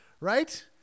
right